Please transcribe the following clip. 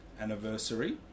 anniversary